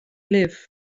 live